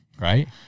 right